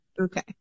Okay